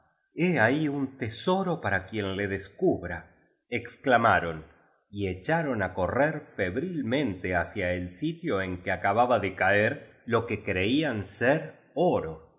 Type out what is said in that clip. ahí un tesoro para quien le descubra exclama ron y echaron á correr